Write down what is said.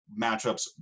matchups